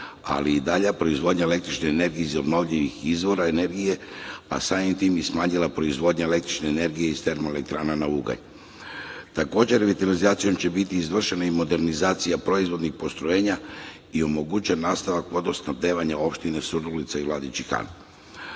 ali i dalja proizvodnja električne energije iz obnovljivih izvora energije, a samim tim bi se smanjila proizvodnja električne energije iz termoelektrana na ugalj. Takođe, revitalizacijom će biti izvršena i modernizacija proizvodnih postrojenja i omogućen nastavak vodosnabdevanja opštine Surdulica i Vladičin